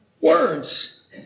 words